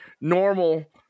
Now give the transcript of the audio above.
normal